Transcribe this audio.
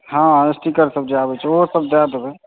हॅं हॅं